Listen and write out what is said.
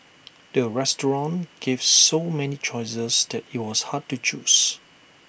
the restaurant gave so many choices that IT was hard to choose